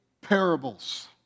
parables